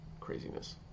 Craziness